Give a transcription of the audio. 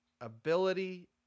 ability